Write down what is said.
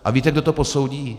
A víte, kdo to posoudí?